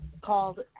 Called